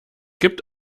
gibt